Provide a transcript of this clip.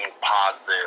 positive